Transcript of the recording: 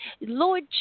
Lord